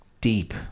deep